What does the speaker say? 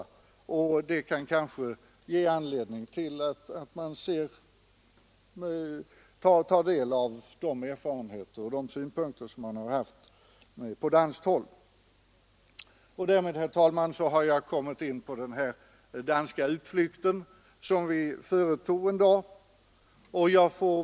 Det kan kanske ge anledning att ta del av de synpunkter man har och de erfarenheter man gjort på danskt håll. Därmed, herr talman, har jag kommit in på den utflykt till Danmark som vi företog en dag.